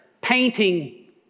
painting